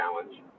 challenge